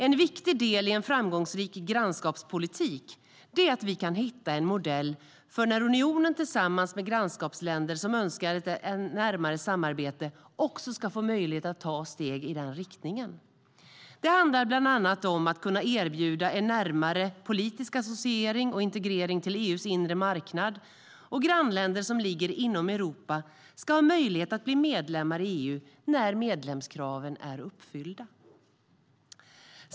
En viktig del i en framgångsrik grannskapspolitik är att vi kan hitta en modell för när unionen tillsammans med grannskapsländer som önskar ett närmare samarbete också ska få möjlighet att ta steg i den riktningen. Det handlar bland annat om att kunna erbjuda en närmare politisk associering till och integrering i EU:s inre marknad. Grannländer som ligger inom Europa ska ha möjlighet att bli medlemmar i EU när medlemskraven är uppfyllda.